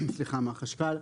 מהחשכ"ל.